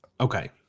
okay